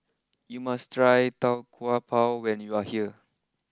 you must try Tau Kwa Pau when you are here